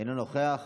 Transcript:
אינו נוכח,